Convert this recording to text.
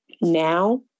now